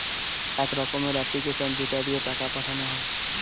এক রকমের এপ্লিকেশান যেটা দিয়ে টাকা পাঠানো হয়